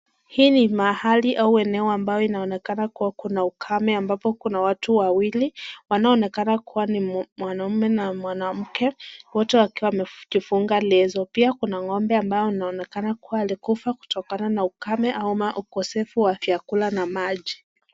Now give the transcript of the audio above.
Hii ni mahali au eneo inaonekana kuwa kuna ukame ambapo kuna watu wawili wanaonekana ni mwanaume na mwanamke wote wakiwa wamejifunga leso, pia kuna ng'ombe ambao anaonekana kuwa alikufa kutokana na ukame ama ukosefu wa vyakula na maji.